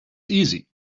easy